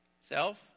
self